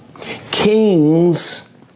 Kings